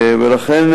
ולכן,